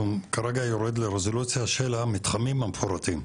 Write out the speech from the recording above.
שהוא כרגע יורד לרזולוציה של המתחמים המפורטים.